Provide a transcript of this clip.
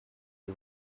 too